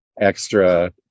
extra